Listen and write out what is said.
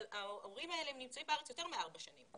אבל ההורים האלה נמצאים בארץ יותר מארבע שנים.